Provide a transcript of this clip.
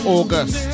August